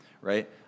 right